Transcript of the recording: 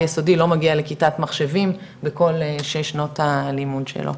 יסודי לא מגיע לכיתת מחשבים בכל שש שנות הלימוד שלו.